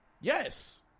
Yes